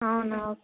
అవునా